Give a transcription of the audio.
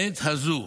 בעת הזאת,